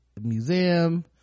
museum